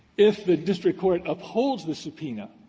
if the district court upholds the subpoena,